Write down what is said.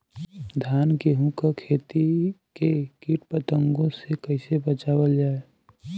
धान गेहूँक खेती के कीट पतंगों से कइसे बचावल जाए?